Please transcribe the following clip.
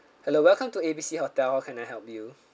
hello welcome to A B C hotel how can I help you